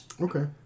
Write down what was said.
Okay